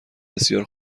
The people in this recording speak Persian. بسیار